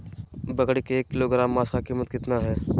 बकरी के एक किलोग्राम मांस का कीमत कितना है?